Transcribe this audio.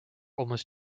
almost